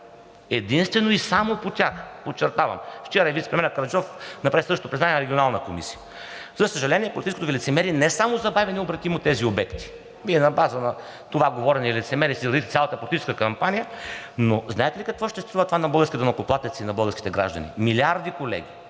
Единствено и само по тях, подчертавам! Вчера и вицепремиерът Караджов направи същото признание в Регионалната комисия. За съжаление, политическото Ви лицемерие не само забави необратимо тези обекти, Вие на база на това говорене и лицемерие си изградихте цялата политическа кампания, но знаете ли какво ще струва това на българския данъкоплатец и на българските граждани? Милиарди, колеги,